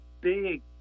big